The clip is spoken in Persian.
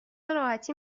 راحتی